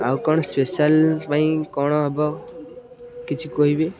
ଆଉ କଣ ସ୍ପେଶାଲ୍ ପାଇଁ କଣ ହବ କିଛି କହିବେ